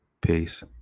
Peace